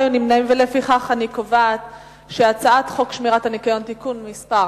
לפיכך אני קובעת שחוק שמירת הניקיון (תיקון מס'